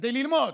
כדי ללמוד,